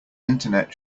internet